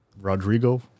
Rodrigo